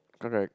correct